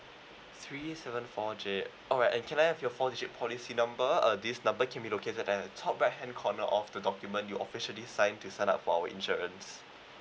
three seven four J alright and can I have your four digit policy number uh this number can be located at the top right hand corner of the document you officially sign to sign up for our insurance